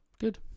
Good